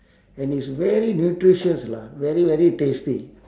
and it's very nutritious lah very very tasty